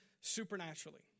supernaturally